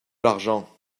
l’argent